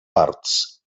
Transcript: parts